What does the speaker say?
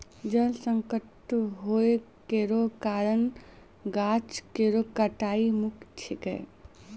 जल संकट होय केरो कारण गाछ केरो कटाई मुख्य छिकै